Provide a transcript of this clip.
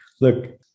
look